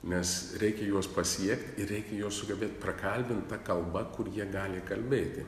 nes reikia juos pasiekt ir reikia juos sugebėt prakalbint ta kalba kur jie gali kalbėti